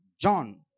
John